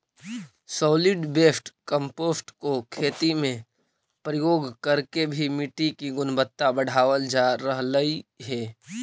solid waste compost को खेती में प्रयोग करके भी मिट्टी की गुणवत्ता बढ़ावाल जा रहलइ हे